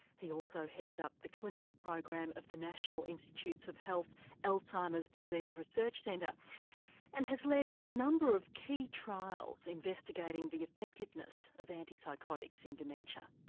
he also heads up the clinical program of the national institutes of health alzheimer's disease research centre and and has led a number of key trials investigating the effectiveness of antipsychotics in dementia.